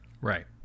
Right